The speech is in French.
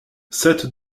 sept